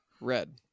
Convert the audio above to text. Red